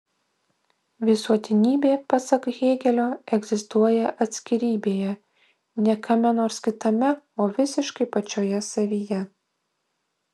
visuotinybė pasak hėgelio egzistuoja atskirybėje ne kame nors kitame o visiškai pačioje savyje